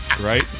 right